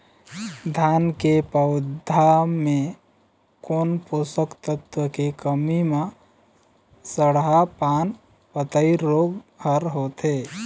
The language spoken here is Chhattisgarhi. धान के पौधा मे कोन पोषक तत्व के कमी म सड़हा पान पतई रोग हर होथे?